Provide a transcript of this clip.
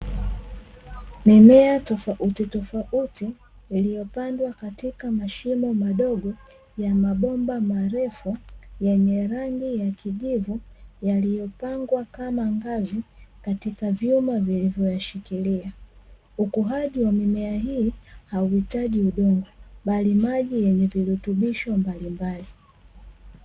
Mimea tofauti tofauti, iliyopandwa katika mashimo madogo ya mabomba marefu yenye rangi ya kijivu, yaliyopangwa kama ngazi katika vyuma vilivyoshikilia, ukuaji wa mimea hii hauhitaji udongo, bali maji ya virutubisho mbalimbali.